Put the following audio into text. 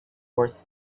worth